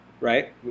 right